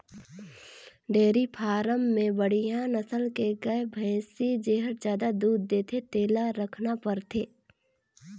dairy farm में बड़िहा नसल के गाय, भइसी जेहर जादा दूद देथे तेला रखना परथे